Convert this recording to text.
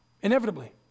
Inevitably